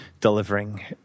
delivering